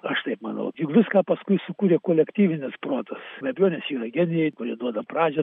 aš taip manau viską paskui sukūrė kolektyvinis protas be abejonės yra genijai kurie duoda pradžią